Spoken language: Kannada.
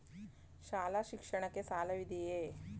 ಶಾಲಾ ಶಿಕ್ಷಣಕ್ಕೆ ಸಾಲವಿದೆಯೇ?